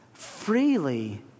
Freely